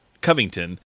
Covington